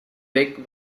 weg